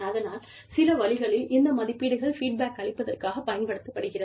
அதனால் சில வழிகளில் இந்த மதிப்பீடுகள் ஃபீட்பேக் அளிப்பதற்காகப் பயன்படுத்தப்படுகிறது